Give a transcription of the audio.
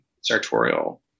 sartorial